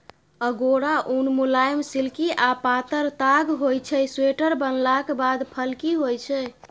अगोरा उन मुलायम, सिल्की आ पातर ताग होइ छै स्वेटर बनलाक बाद फ्लफी होइ छै